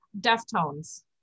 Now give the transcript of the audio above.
Deftones